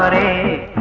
a